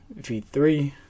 V3